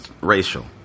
racial